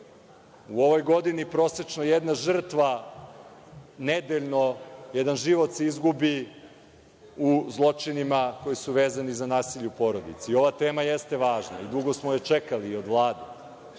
ovoj godini prosečno jedna žrtva nedeljno, jedan život se izgubi u zločinima koji su vezani za nasilje u porodici. Ova tema jeste važna i dugo smo je čekali i od Vlade